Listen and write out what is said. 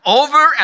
over